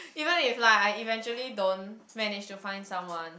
even if like I eventually don't manage to find someone